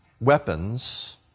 weapons